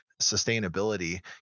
sustainability